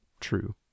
true